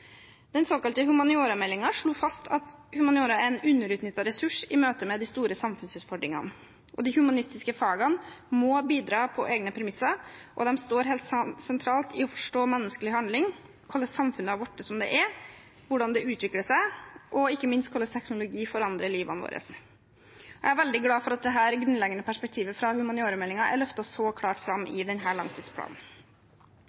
Den såkalte humaniorameldingen slo fast at humaniora er en underutnyttet ressurs i møte med de store samfunnsutfordringene, og at de humanistiske fagene må bidra på egne premisser og står helt sentralt i å forstå menneskelig handling, hvordan samfunnet har blitt som det har blitt, hvordan det utvikler seg, og ikke minst hvordan teknologi forandrer livet vårt. Jeg er veldig glad for at dette grunnleggende perspektivet fra humaniorameldingen er løftet så klart fram i